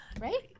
Right